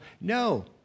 No